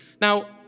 Now